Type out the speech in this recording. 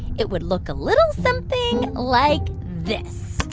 it would look a little something like this